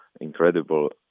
incredible